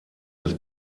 des